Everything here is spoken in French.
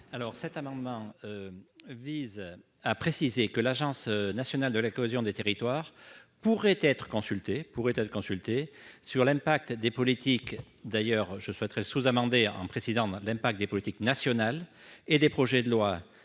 Cet amendement vise à préciser que l'agence nationale de la cohésion des territoires pourrait être consultée sur l'impact des politiques publiques et des projets de lois